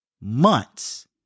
months